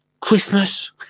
christmas